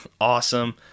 awesome